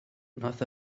wnaeth